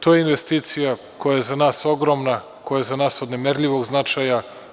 To je investicija koja je za nas ogromna, koja je za nas od nemerljivog značaja.